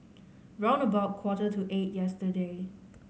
round about quarter to eight yesterday